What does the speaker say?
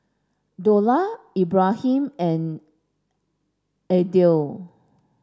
Dollah Ibrahim and Aidil